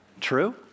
True